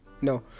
No